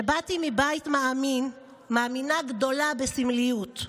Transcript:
שבאתי מבית מאמין, מאמינה גדולה בסמליות.